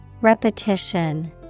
Repetition